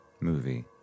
movie